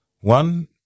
One